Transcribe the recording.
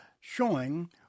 showing